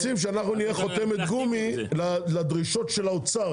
רוצים שאנחנו נהיה חותמת גומי לדרישות של האוצר.